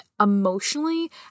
emotionally